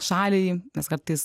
šaliai nes kartais